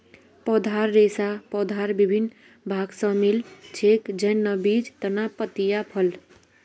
पौधार रेशा पौधार विभिन्न भाग स मिल छेक, जैन न बीज, तना, पत्तियाँ, फल